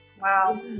Wow